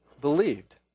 believed